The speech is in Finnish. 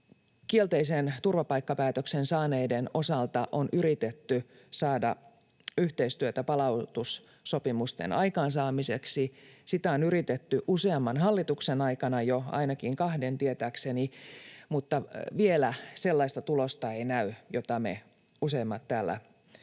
kielteisen turvapaikkapäätöksen saaneiden osalta on yritetty saada yhteistyötä palautussopimusten aikaansaamiseksi. Sitä on yritetty useamman hallituksen aikana, jo ainakin kahden tietääkseni, mutta vielä sellaista tulosta ei näy, jota me useimmat täällä toivomme.